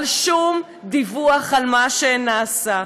אבל שום דיווח על מה שנעשה.